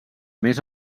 més